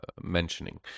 mentioning